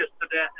yesterday